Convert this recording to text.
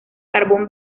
carbón